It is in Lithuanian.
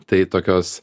tai tokios